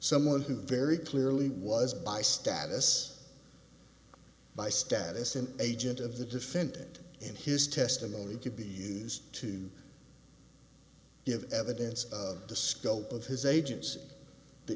someone who very clearly was by status by status an agent of the defendant and his testimony could be used to give evidence of the scope of his agents the